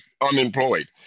unemployed